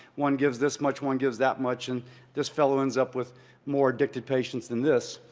one gives this much, one gives that much, and this fellow ends up with more addicted patients than this.